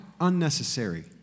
unnecessary